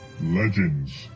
Legends